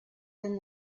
than